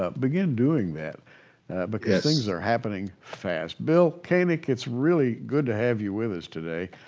ah begin doing that because things are happening fast. bill koenig, it's really good to have you with us today.